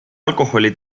alkoholi